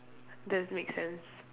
does make sense